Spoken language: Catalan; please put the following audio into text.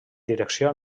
direcció